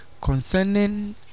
Concerning